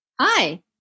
Hi